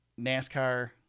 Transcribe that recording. NASCAR